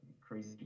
crazy